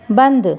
बंदि